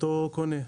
קונה.